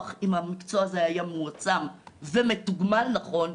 עם המקצוע הזה היה מועצם ומתוגמל נכון,